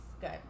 good